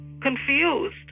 confused